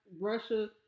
Russia